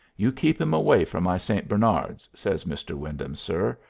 you keep him away from my st. bernards, says mr. wyndham, sir,